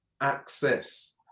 access